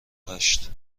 هشت